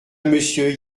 monsieur